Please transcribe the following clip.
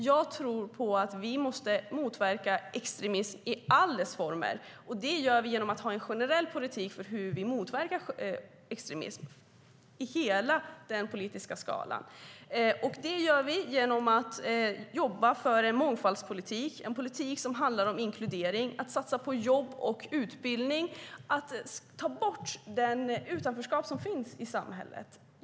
Jag tror på att vi måste motverka extremism i alla dess former. Det gör vi genom att ha en generell politik för hur vi motverkar extremism över hela den politiska skalan och genom att jobba för en mångfaldspolitik - en politik som handlar om inkludering, om att satsa på jobb och utbildning och om att ta bort det utanförskap som finns i samhället.